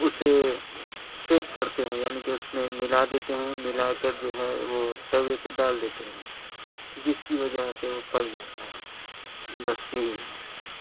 اسے پھیٹ کرتے ہیں یعنی کہ اس میں ملا دیتے ہیں ملا کر جو ہے وہ توے پہ ڈال دیتے ہیں جس کی وجہ سے وہ پک جاتا ہے بس یہی ہے